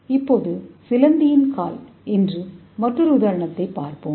இப்போது சிலந்தியின் கால் என்று மற்றொரு உதாரணத்தைப் பார்ப்போம்